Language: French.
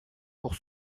pour